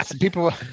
people